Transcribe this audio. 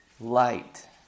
light